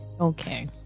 Okay